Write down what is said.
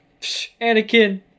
Anakin